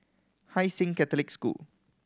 Hai Sing Catholic School